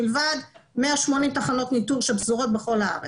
מלבד 180 תחנות ניטור שפזורות בכל הארץ.